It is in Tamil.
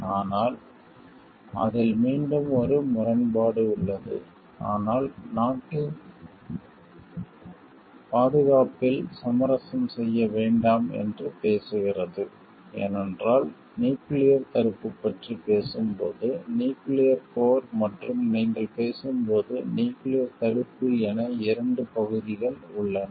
ஆனால் அதில் மீண்டும் ஒரு முரண்பாடு உள்ளது ஆனால் நாட்டின் பாதுகாப்பில் சமரசம் செய்ய வேண்டாம் என்று பேசுகிறது ஏனென்றால் நியூக்கிளியர் தடுப்பு பற்றி பேசும்போது நியூக்கிளியர் போர் மற்றும் நீங்கள் பேசும் போது நியூக்கிளியர் தடுப்பு என இரண்டு பகுதிகள் உள்ளன